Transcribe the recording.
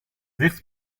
dicht